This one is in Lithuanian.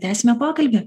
tęsime pokalbį